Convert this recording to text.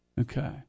Okay